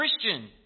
Christian